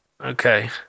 Okay